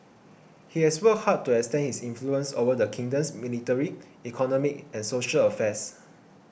he has worked hard to extend his influence over the kingdom's military economic and social affairs